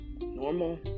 normal